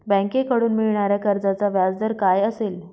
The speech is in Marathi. बँकेकडून मिळणाऱ्या कर्जाचा व्याजदर काय असेल?